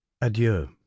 adieu